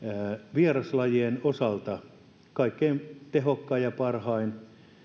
vieraslajien osalta kaikkein tehokkain ja parhain